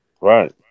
Right